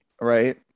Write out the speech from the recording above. right